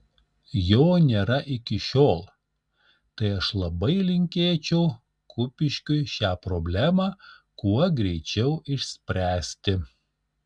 jo nėra iki šiol tai aš labai linkėčiau kupiškiui šią problemą kuo greičiau išspręsti